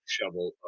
Shovel